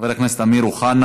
חבר הכנסת אמיר אוחנה,